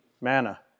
manna